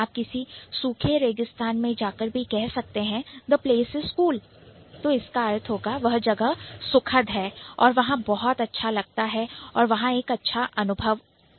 आप किसी सूखे रेगिस्तान में जाकर भी कह सकते हैं द प्लेस इस कूल तो इसका अर्थ होगा कि वह जगह सुखद है और वहां बहुत अच्छा लगता है और वहां एक अच्छा अनुभव है